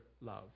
love